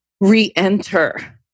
re-enter